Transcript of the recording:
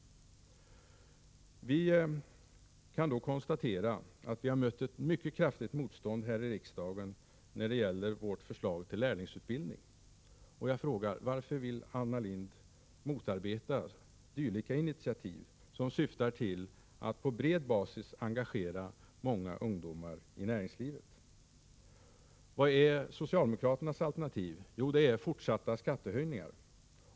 Vi kan då konstatera att vi har mött ett mycket kraftigt motstånd här i riksdagen när det gäller vårt förslag om lärlingsutbildning. Jag frågar: Varför vill Anna Lindh motarbeta dylika initiativ, som syftar till att på bred basis engagera många ungdomar i näringslivet? Vilket är socialdemokraternas alternativ? Jo, fortsatta skattehöjningar.